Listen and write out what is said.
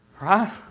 Right